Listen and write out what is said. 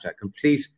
complete